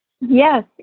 yes